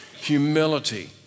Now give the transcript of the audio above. Humility